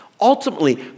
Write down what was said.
Ultimately